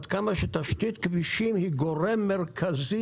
עד כמה שתשתית כבישים היא גורם מרכזי